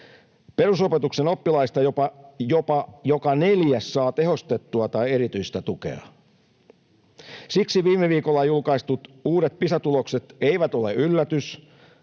Perusopetuksen oppilaista jopa joka neljäs saa tehostettua tai erityistä tukea. Siksi viime viikolla julkaistut uudet Pisa-tulokset eivät ole yllätys,